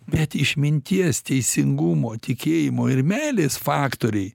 bet išminties teisingumo tikėjimo ir meilės faktoriai